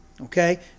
okay